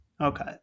Okay